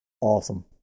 Awesome